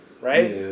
Right